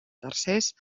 tercers